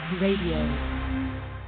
Radio